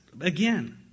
again